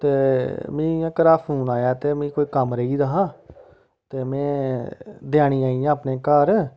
ते मीं इ'यां घरां फोन आया ते मीं कोई कम्म रेही गेदा हा ते में देआनी आई गेदा अपने घर